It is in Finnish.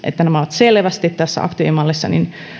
että nämä ovat selvästi tässä aktiivimallissa